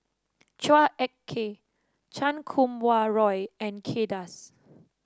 Chua Ek Kay Chan Kum Wah Roy and Kay Das